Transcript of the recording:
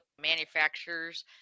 manufacturers